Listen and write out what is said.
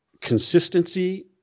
consistency